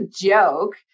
joke